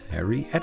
Harry